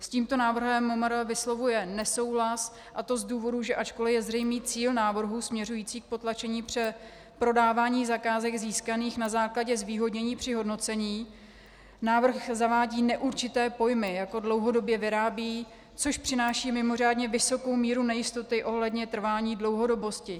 S tímto návrhem MMR vyslovuje nesouhlas, a to z důvodu, že ačkoli je zřejmý cíl návrhu směřující k potlačení přeprodávání zakázek získaných na základě zvýhodnění při hodnocení, návrh zavádí neurčité pojmy, jako dlouhodobě vyrábí, což přináší mimořádně vysokou míru nejistoty ohledně trvání dlouhodobosti.